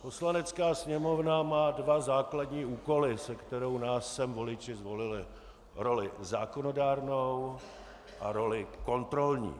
Poslanecká sněmovna má dva základní úkoly, se kterými nás sem voliči zvolili, roli zákonodárnou a roli kontrolní.